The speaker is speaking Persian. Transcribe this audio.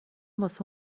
واسه